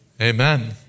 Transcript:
Amen